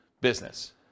business